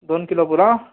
दोन किलो पुरो